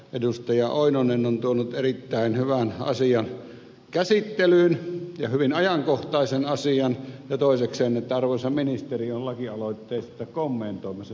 lauri oinonen on tuonut erittäin hyvän asian käsittelyyn hyvin ajankohtaisen asian ja toisekseen että arvoisa ministeri on lakialoitteita kommentoimassa